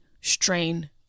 strain